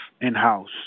in-house